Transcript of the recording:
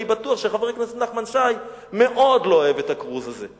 אני בטוח שחבר הכנסת נחמן שי מאוד לא אוהב את הכרוז הזה,